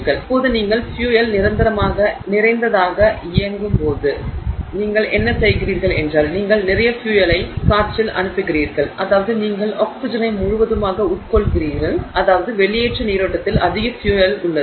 எனவே இப்போது நீங்கள் ஃபியூயல் நிறைந்ததாக இயங்கும்போது நீங்கள் என்ன செய்கிறீர்கள் என்றால் நீங்கள் நிறைய ஃபியூயல் காற்றில் அனுப்புகிறீர்கள் அதாவது நீங்கள் ஆக்ஸிஜனை முழுவதுமாக உட்கொள்கிறீர்கள் அதாவது வெளியேற்ற நீரோட்டத்தில் அதிக ஃபியூயல் உள்ளது